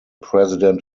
president